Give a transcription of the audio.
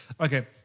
Okay